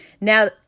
Now